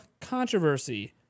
controversy